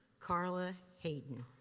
carla hayden